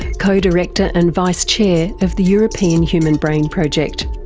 co-director and vice chair of the european human brain project.